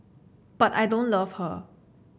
but I don't love her